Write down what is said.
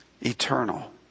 eternal